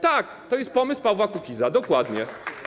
Tak, to jest pomysł Pawła Kukiza, dokładnie.